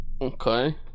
okay